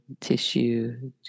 tissue